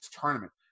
tournament